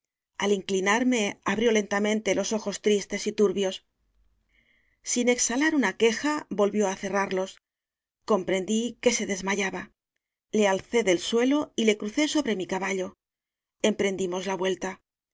al inclinarme abrió lentamente los ojos tristes y turbios sin exhalar una queja volvió á cerrarlos comprendí que se des mayaba le alcé del suelo y le crucé sobre mi caballo emprendimos la vuelta